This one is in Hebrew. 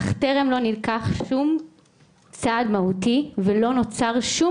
אך טרם נלקח שום צעד מהותי ולא נוצר שום